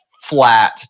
flat